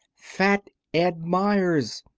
fat ed meyers.